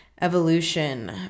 Evolution